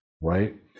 right